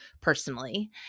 personally